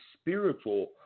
spiritual